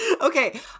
Okay